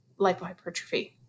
lipohypertrophy